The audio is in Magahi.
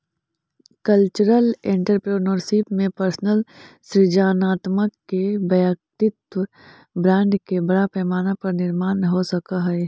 कल्चरल एंटरप्रेन्योरशिप में पर्सनल सृजनात्मकता के वैयक्तिक ब्रांड के बड़ा पैमाना पर निर्माण हो सकऽ हई